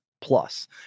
plus